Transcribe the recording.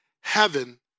heaven